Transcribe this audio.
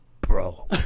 Bro